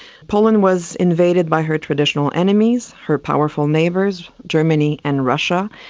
poland was invaded by her traditional enemies, her powerful neighbours germany and russia.